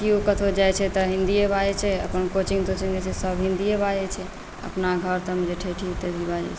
केओ कतहु जाइ छै तऽ हिन्दिए बाजै छै अपन कोचिङ्ग तोचिङ्ग जे छै सब हिन्दिए बाजै छै अपना घर तरमे जे ठेठी तेठी बाजै छै